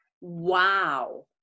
Wow